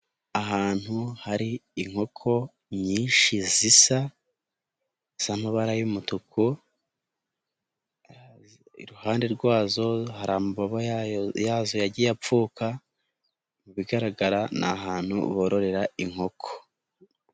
Ahantu hari inkoko nyinshi zisa z'amabara y'umutuku, iruhande rwazo hari amababa yazo yagiye apfuka, mu bigaragara ni ahantu bororera inkoko.